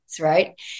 Right